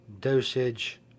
dosage